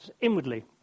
inwardly